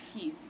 peace